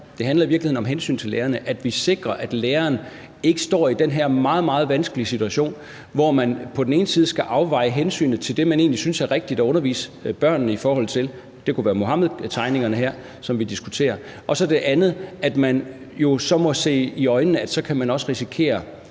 her handler jo i virkeligheden om et hensyn til lærerne, altså at vi sikrer, at læreren ikke står i den her meget, meget vanskelige situation, hvor man på den ene side skal afveje hensynet til det, som man egentlig synes er rigtigt at undervise børnene i – det kunne være Muhammedtegningerne, som vi her diskuterer – og man på den anden side må se i øjnene, at man også kan risikere